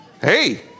Hey